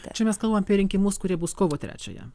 čia mes kalbam apie rinkimus kurie bus kovo trečiąją